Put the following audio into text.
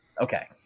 Okay